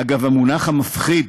אגב, המונח המפחיד